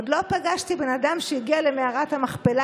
עוד לא פגשתי בן אדם שהגיע למערת המכפלה